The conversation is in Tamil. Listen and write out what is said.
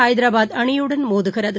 ஹைதராபாத் அணியுடன் மோதுகிறது